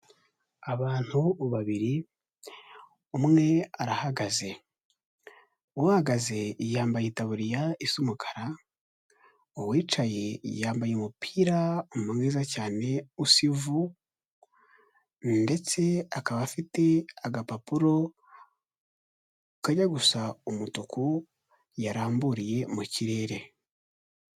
Abantu babiri, umwe arahagaze, uhagaze yambaye itaburiya isa umukara, uwicaye yambaye umupira mwiza cyane usa ivu ndetse akaba afite agapapuro kajya gusa umutuku yaramburiye mu kirere.